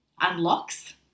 unlocks